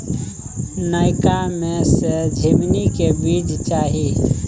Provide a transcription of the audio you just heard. नयका में से झीमनी के बीज चाही?